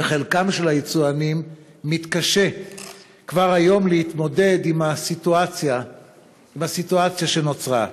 וחלק מהיצואנים מתקשים כבר היום להתמודד עם הסיטואציה שנוצרה.